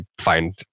find